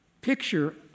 picture